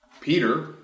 Peter